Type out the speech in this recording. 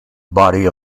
body